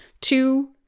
two